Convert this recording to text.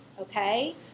okay